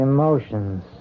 Emotions